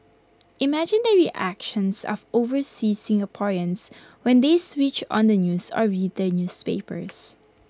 imagine the reactions of overseas Singaporeans when they switched on the news or read their newspapers